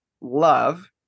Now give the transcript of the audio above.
love